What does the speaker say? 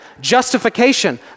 justification